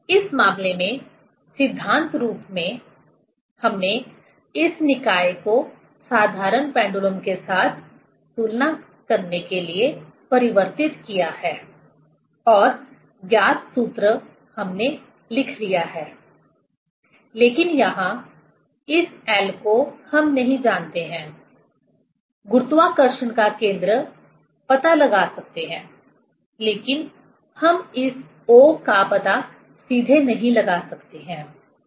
इस मामले में सिद्धांत रूप में हमने इस निकाय को साधारण पेंडुलम के साथ तुलना करने के लिए परिवर्तित किया है और ज्ञात सूत्र हमने लिख लिया है लेकिन यहाँ इस L को हम नहीं जानते हैं गुरुत्वाकर्षण का केंद्र पता लगा सकते हैं लेकिन हम इस O का पता सीधे नहीं लगा सकते हैं सही